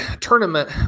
tournament